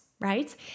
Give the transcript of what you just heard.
right